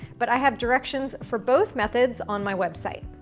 but i have directions for both methods on my website.